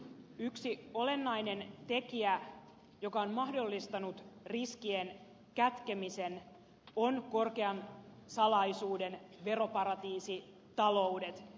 yksi olennainen tekijä joka on mahdollistanut riskien kätkemisen on korkean salaisuuden veroparatiisitaloudet